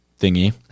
thingy